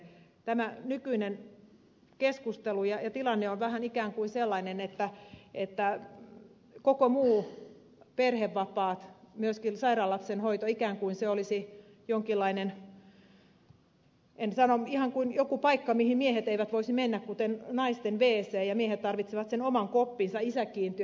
tämä nykyinen keskustelu ja tilanne on ikään kuin vähän sellainen että kaikki muut perhevapaat myöskin sairaan lapsen hoito ikään kuin ne olisivat jonkinlainen en sano ihan kuin joku paikka mihin miehet eivät voisi mennä kuten naisten wc ja miehet tarvitsevat sen oman koppinsa isäkiintiön